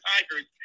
Tigers